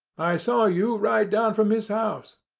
i saw you ride down from his house.